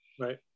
Right